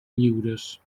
lliures